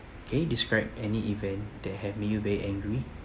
okay describe any event that have made you very angry